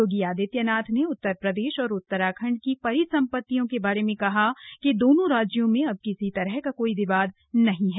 योगी आदित्यनाथ ने उत्तर प्रदेश और उत्तराखंड की परिसंपत्तियों के बारे में कहा कि दोनों राज्यों में अब किसी तरह का कोई विवाद नहीं है